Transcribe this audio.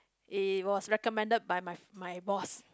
it was recommended by my my boss